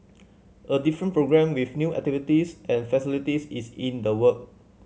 a different programme with new activities and facilities is in the works